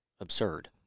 absurd